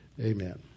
Amen